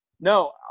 No